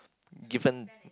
given